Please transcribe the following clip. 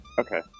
Okay